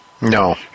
No